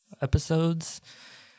episodes